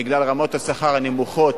בגלל רמות השכר הנמוכות,